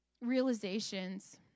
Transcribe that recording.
realizations